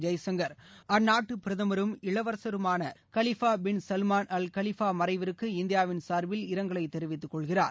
ஜெய்சங்கர் அந்நாட்டு பிரதமரும் இளவரசருமான Khalifa bin Salman Al Khalifa மறைவிற்கு இந்தியாவின் சார்பில் இரங்கலை தெரிவித்து கொள்கிறார்